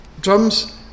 drums